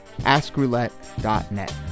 askroulette.net